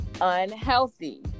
unhealthy